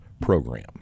program